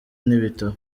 n’ibitabo